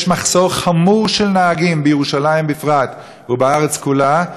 יש מחסור חמור בנהגים בירושלים בפרט ובארץ כולה.